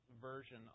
version